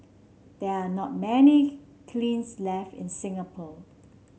there are not many kilns left in Singapore